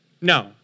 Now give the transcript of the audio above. No